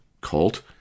cult